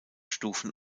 stufen